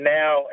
now